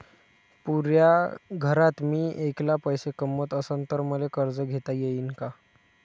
पुऱ्या घरात मी ऐकला पैसे कमवत असन तर मले कर्ज घेता येईन का?